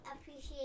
appreciate